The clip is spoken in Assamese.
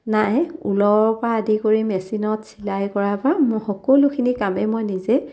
নাই ঊলৰপৰা আদি কৰি মেচিনত চিলাই কৰাৰপৰা মোৰ সকলোখিনি কামেই মই নিজে